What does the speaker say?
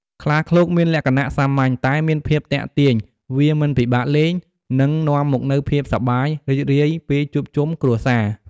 ខ្លាឃ្លោកមានលក្ខណៈសាមញ្ញ តែមានភាពទាក់ទាញវាមិនពិបាកលេង និងនាំមកនូវភាពសប្បាយរីករាយពេលជួបជំុគ្រួសារ។